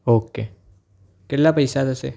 okay કેટલા પૈસા થશે